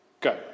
go